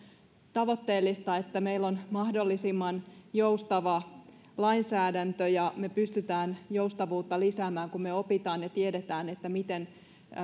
tavoitteellista että meillä on mahdollisimman joustava lainsäädäntö ja me pystymme joustavuutta lisäämään kun me opimme ja tiedämme miten